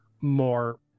more